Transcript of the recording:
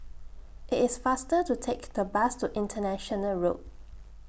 IT IS faster to Take The Bus to International Road